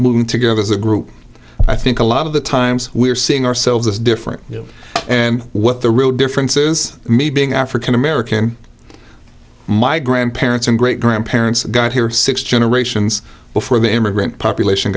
moving together as a group i think a lot of the times we're seeing ourselves as different you know and what the real difference is me being african american my grandparents and great grandparents got here six generations before the immigrant population